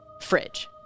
fridge